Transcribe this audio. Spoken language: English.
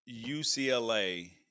UCLA